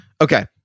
Okay